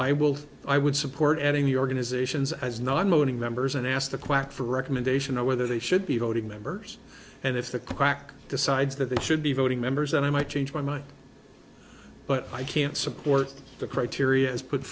i will i would support any organizations as not moaning members and ask the quack for a recommendation on whether they should be voting members and if the crack decides that they should be voting members and i might change my mind but i can't support the criteria is put